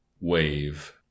Wave